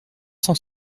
cent